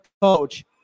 coach